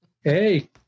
Hey